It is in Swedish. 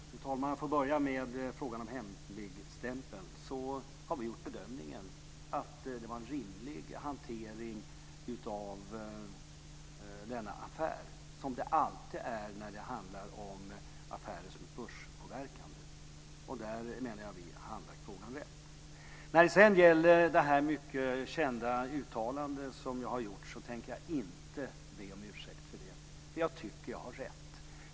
Fru talman! Om jag får börja med frågan om hemligstämpeln så har vi gjort bedömningen att det var en rimlig hantering av denna affär, som det alltid är när det handlar om affärer som är börspåverkande, och där menar jag att vi har handlagt frågan rätt. När det sedan gäller det mycket kända uttalande som jag har gjort tänker jag inte be om ursäkt för det, för jag tycker jag har rätt.